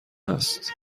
هست